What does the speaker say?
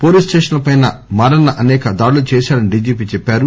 police స్టేషన్లపై మారన్స అనేక దాడులు చేశాడని డిజిపి చెప్పారు